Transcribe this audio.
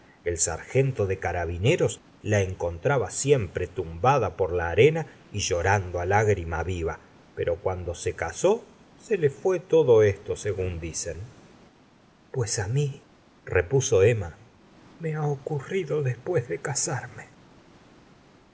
el sargento de carabineros la encontraba siempre tumbada por la arena y llorando lágrima viva pero cuando se casó se le fué todo esto según dicen pues mírepuso emma me ha ocurrido después de casarme